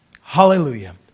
Hallelujah